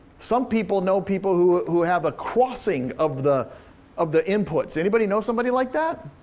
some people know people who who have a crossing of the of the inputs. anybody know somebody like that?